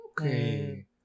Okay